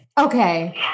Okay